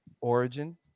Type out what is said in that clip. origin